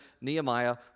Nehemiah